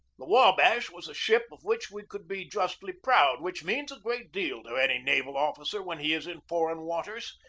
the wabash was a ship of which we could be justly proud, which means a great deal to any naval officer when he is in foreign waters.